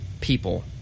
people